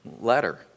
letter